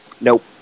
Nope